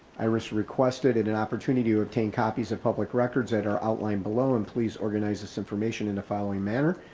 iris requested and an opportunity to obtain copies of public records that are outlined below and please organize this information in the following manner.